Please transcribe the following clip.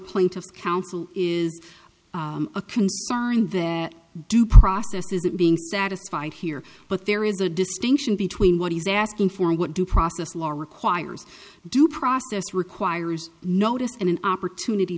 plaintiff council is a concern that due process isn't being satisfied here but there is a distinction between what he's asking for and what due process law requires due process requires notice and an opportunity